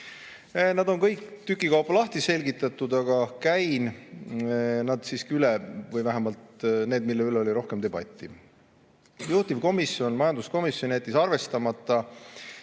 Nad on kõik tüki kaupa lahti selgitatud, aga käin nad siiski üle, vähemalt need, mille üle oli rohkem debatti. Juhtivkomisjon majanduskomisjon jättis arvestamata